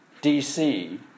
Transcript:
DC